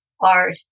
art